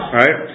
right